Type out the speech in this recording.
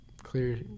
Clear